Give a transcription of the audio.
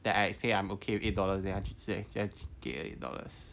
that I say I'm okay with eight dollars then 去签 then qi geh leh eight dollars